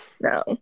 No